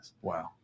Wow